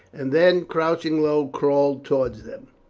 and then crouching low crawled towards them.